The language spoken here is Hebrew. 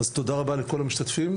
אז תודה רבה לכל המשתתפים.